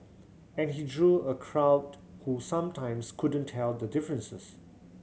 and he drew a crowd who sometimes couldn't tell the differences